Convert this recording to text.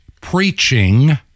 preaching